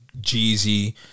Jeezy